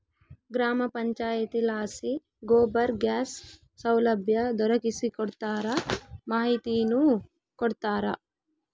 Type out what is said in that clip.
ಗ್ರಾಮ ಪಂಚಾಯಿತಿಲಾಸಿ ಗೋಬರ್ ಗ್ಯಾಸ್ ಸೌಲಭ್ಯ ದೊರಕಿಸಿಕೊಡ್ತಾರ ಮಾಹಿತಿನೂ ಕೊಡ್ತಾರ